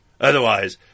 Otherwise